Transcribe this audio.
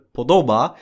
podoba